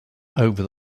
over